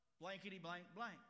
blankety-blank-blank